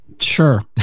Sure